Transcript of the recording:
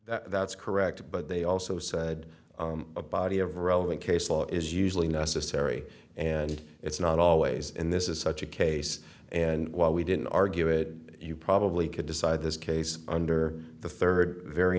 s that's correct but they also said a body of relevant case law is usually necessary and it's not always and this is such a case and while we didn't argue it you probably could decide this case under the third very